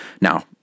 Now